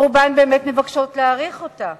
ורובן באמת מבקשות להאריך אותה,